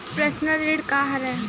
Personal ऋण का हरय?